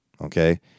okay